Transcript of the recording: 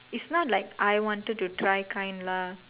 it's not like I wanted to try kind lah